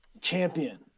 champion